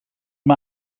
mae